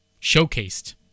showcased